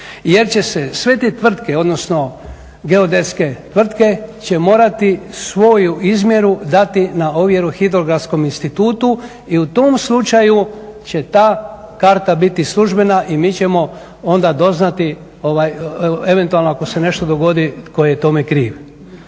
Jer će se sve te tvrtke, odnosno geodetske tvrtke će morati svoju izmjeru dati na ovjeru hidrografskom institutu i u tom slučaju će ta karta biti službena i mi ćemo onda doznati eventualno ako se nešto dogodi tko je tome kriv.